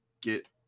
get